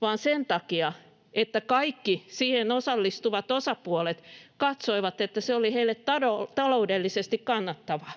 vaan sen takia, että kaikki siihen osallistuvat osapuolet katsoivat, että se oli heille taloudellisesti kannattavaa,